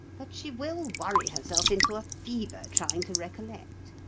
but she will worry herself into a fever trying to recollect.